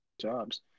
jobs